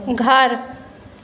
घर